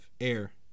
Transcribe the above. Air